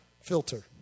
filter